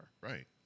Right